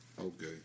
Okay